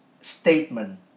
statement